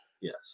Yes